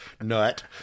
nut